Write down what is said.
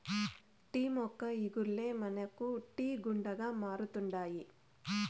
tea మొక్క ఇగుర్లే మనకు టీ గుండగా మారుతండాయి